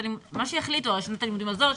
מה שיחליטו שנת הלימודים הזאת,